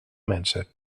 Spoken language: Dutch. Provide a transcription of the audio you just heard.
mensen